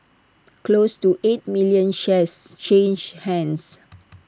close to eight million shares changed hands